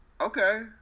Okay